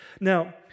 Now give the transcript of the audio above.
Now